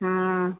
हाँ